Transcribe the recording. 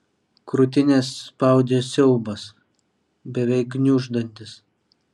krūtinę spaudė siaubas beveik gniuždantis